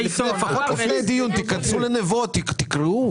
לפני הדיון תיכנסו ל"נבו" ותקראו.